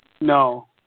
No